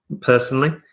personally